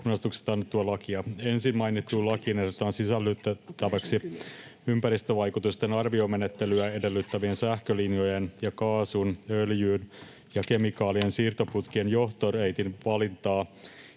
Ensin mainittuun lakiin ehdotetaan sisällytettäväksi ympäristövaikutusten arviomenettelyä edellyttävien sähkölinjojen ja kaasun, öljyn ja kemikaalien siirtoputkien johtoreitin valintaa